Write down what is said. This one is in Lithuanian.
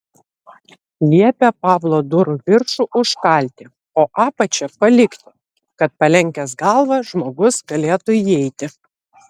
liepė pavlo durų viršų užkalti o apačią palikti kad palenkęs galvą žmogus galėtų įeiti